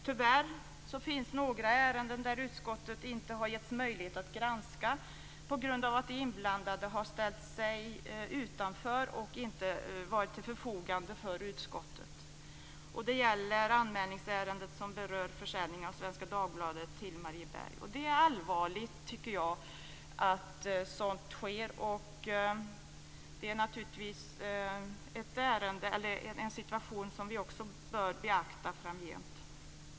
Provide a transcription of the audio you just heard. Tyvärr finns det några ärenden där utskottet inte har getts möjlighet att granska, på grund av att de inblandade har ställt sig utanför och inte stått till förfogande för utskottet. Det gäller anmälningsärendet som rör försäljningen av Svenska Dagbladet till Marieberg. Det är allvarligt att sådant sker, och det är naturligtvis en situation som vi också bör beakta framgent.